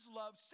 love